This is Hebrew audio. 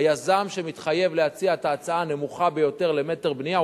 היזם שמתחייב להציע את ההצעה הנמוכה ביותר למטר בנייה,